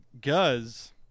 Guz